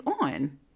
on